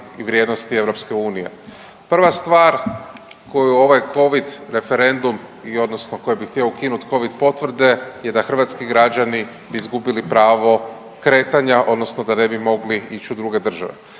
i vrijednosti EU. Prva stvar koju ovaj Covid referendum i odnosno koji bi htio ukinut COvid potvrde je da hrvatski građani izgubili pravo kretanja odnosno da ne bi mogli ići u druge države.